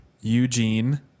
Eugene